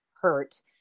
hurt